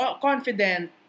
confident